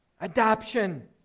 Adoption